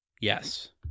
Yes